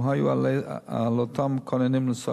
אם היה על אותם כוננים לנסוע